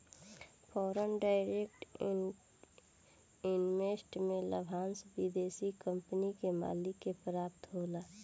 foreign direct investment में लाभांस विदेशी कंपनी के मालिक के प्राप्त होला